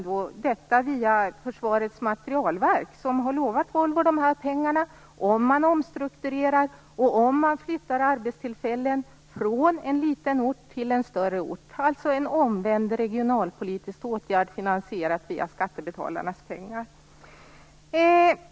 Detta har skett via Försvarets materielverk som har lovat Volvo de här pengarna om man omstrukturerar och om man flyttar arbetstillfällen från en liten ort till en större ort - alltså en omvänd regionalpolitisk åtgärd finansierad via skattebetalarnas pengar.